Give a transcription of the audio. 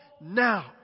now